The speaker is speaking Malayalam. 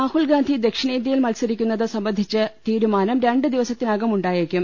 രാഹുൽഗാന്ധി ദക്ഷിണേന്തൃയിൽ മത്സരിക്കുന്നത് സംബ ന്ധിച്ച് തീരുമാനം രണ്ട് ദിവസത്തിനകം ഉണ്ടായേക്കും